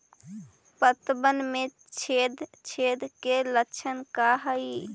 पतबन में छेद छेद के लक्षण का हइ?